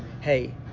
hey